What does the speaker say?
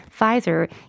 Pfizer